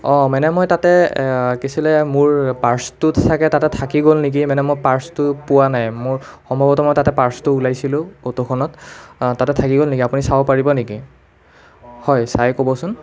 অঁ মানে মই তাতে কি আছিলে মোৰ পাৰ্চটো চাগে তাতে থাকি গ'ল নেকি মানে মই পাৰ্চটো পোৱা নাই মোৰ সম্ভৱতঃ মই তাতে পাৰ্চটো ওলিয়াইছিলো অ'টোখনত তাতে থাকি গ'ল নেকি আপুনি চাব পাৰিব নেকি হয় চাই ক'বচোন